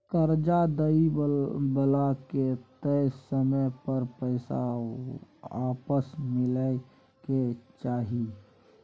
कर्जा दइ बला के तय समय पर पैसा आपस मिलइ के चाही